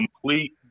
complete